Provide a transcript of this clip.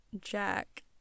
Jack